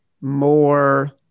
more